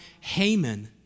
Haman